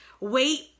wait